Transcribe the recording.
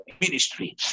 ministry